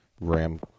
Ram